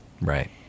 Right